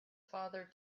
father